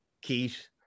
Keith